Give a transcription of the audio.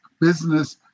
business